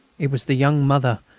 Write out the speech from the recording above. it was the young mother,